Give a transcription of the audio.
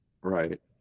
Right